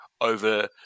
over